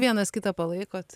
vienas kitą palaikot